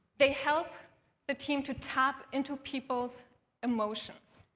they help the team to tap into people's emotions